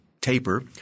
taper